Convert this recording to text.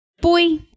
Boy